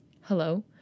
Hello